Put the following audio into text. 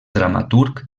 dramaturg